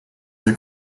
the